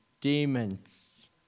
demons